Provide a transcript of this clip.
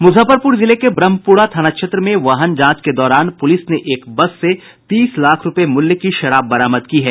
मुजफ्फरपुर जिले के ब्रहमपुरा थाना क्षेत्र में वाहन जांच के दौरान पुलिस ने एक बस से तीस लाख रूपये मूल्य की शराब बरामद की है